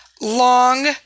long